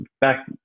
back